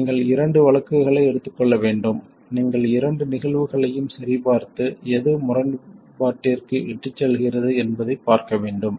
நீங்கள் இரண்டு வழக்குகளை எடுத்துக்கொள்ள வேண்டும் நீங்கள் இரண்டு நிகழ்வுகளையும் சரிபார்த்து எது முரண்பாட்டிற்கு இட்டுச் செல்கிறது என்பதைப் பார்க்க வேண்டும்